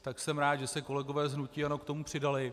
Tak jsem rád, že se kolegové z hnutí ANO k tomu přidali.